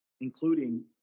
including